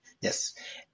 Yes